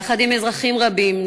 יחד עם אזרחים רבים,